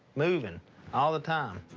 moving all the time.